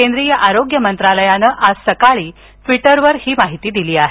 केंद्रीय आरोग्य मंत्रालयानं आज सकाळी ट्वीटरवर ही माहिती दिली आहे